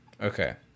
Okay